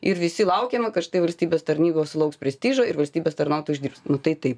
ir visi laukiame kad štai valstybės tarnyba sulauks prestižo ir valstybės tarnautojai uždirbs nu tai taip